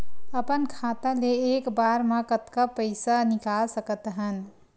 अपन खाता ले एक बार मा कतका पईसा निकाल सकत हन?